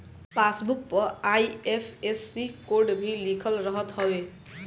passbook पअ IFSC code भी लिखल रहत हवे